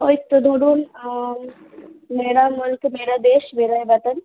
ওই তো ধরুন মেরা মুলক মেরা দেশ মেরা বাতন